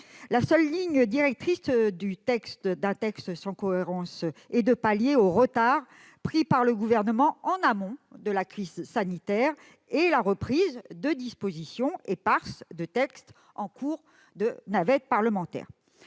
La seule ligne directrice de ce texte sans cohérence est de pallier le retard pris par le Gouvernement en amont de la crise sanitaire, reprenant des dispositions éparses de textes en cours de navette parlementaire.